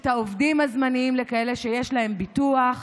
את העובדים הזמניים לכאלה שיש להם ביטוח.